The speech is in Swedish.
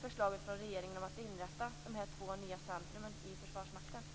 förslag från regeringen om att inrätta dessa två nya centrum i